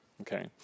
Okay